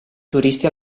turisti